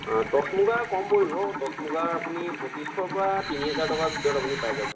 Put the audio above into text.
অঁ টচ মুগাৰ কম পৰিব টচ মুগাৰ আপুনি পঁচিছশৰ পৰা তিনিহেজাৰ টকাৰ ভিতৰত আপুনি পাই যাব